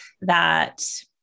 that-